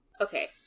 okay